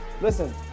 Listen